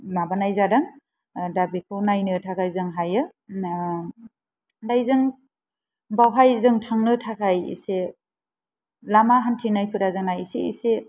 माबानाय जादों दा बेखौ नायनो थाखाय जों हायो बैजों बावहाय जों थांनो थाखाय एसे लामा हान्थिनायफोरा जोंना एसे एसे